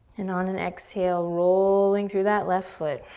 and on an exhale, rolling through that left foot.